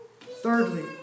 Thirdly